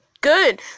Good